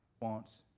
wants